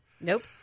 Nope